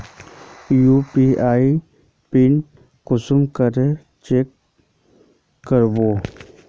UPI PIN कुंसम करे change करबो?